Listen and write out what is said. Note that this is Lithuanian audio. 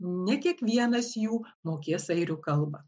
ne kiekvienas jų mokės airių kalbą